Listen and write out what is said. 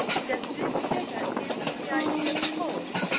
does this figure give you the idea of paul?